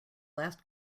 last